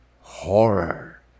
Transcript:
Horror